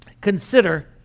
consider